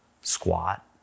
squat